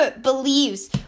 believes